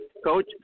Coach